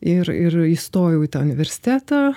ir ir įstojau į tą universitetą